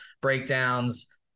breakdowns